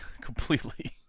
Completely